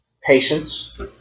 Patience